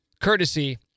courtesy